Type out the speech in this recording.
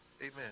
Amen